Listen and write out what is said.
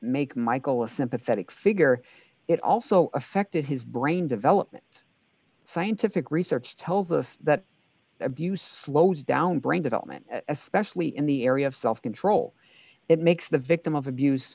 make michael a sympathetic figure it also affected his brain development scientific research tells us that abuse slows down brain development especially in the area of self control it makes the victim of abuse